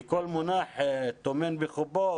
כי כל מונח טומן בחובו